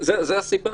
זו הסיבה?